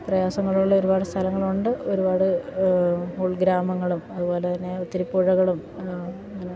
പ്രയാസങ്ങളുള്ള ഒരുപാട് സ്ഥലങ്ങളുണ്ട് ഒരുപാട് ഉൾ ഗ്രാമങ്ങളും അതു പോലെ തന്നെ ഒത്തിരിപ്പുഴകളും അങ്ങനെ